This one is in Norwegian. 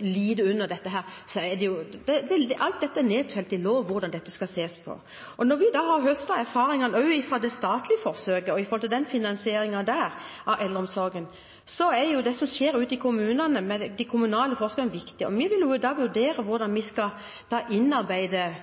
lide under dette, er alt dette nedfelt i lov – hvordan dette skal ses på. Og når vi har høstet erfaringene også fra det statlige forsøket og med tanke på den finansieringen av eldreomsorgen, er det som skjer ute i kommunene med de kommunale forsøkene, viktig. Vi vil da vurdere hvordan vi skal innarbeide